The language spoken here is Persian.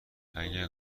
اگر